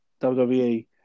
WWE